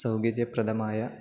സൗകര്യപ്രദമായ